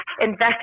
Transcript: invest